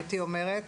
הייתי אומרת,